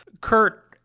Kurt